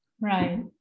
Right